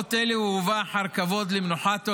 ובשעות אלו הוא הובא אחר כבוד למנוחת עולמים,